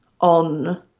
on